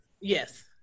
Yes